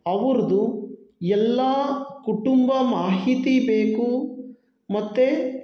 ಅವ್ರದ್ದು ಎಲ್ಲ ಕುಟುಂಬ ಮಾಹಿತಿ ಬೇಕು ಮತ್ತೆ